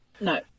no